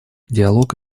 диалог